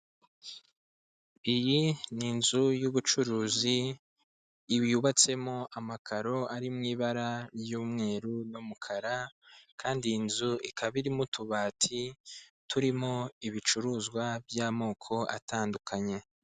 Iyi ni inzu y'ubucuruzi yubatsemo amakaro ari mu ibara ry'umweru n'umukara kandi iyi nzu ikaba irimo utubati turimo ibicuruzwa by'amoko atandukanye.